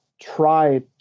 try